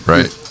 Right